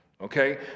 okay